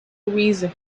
reason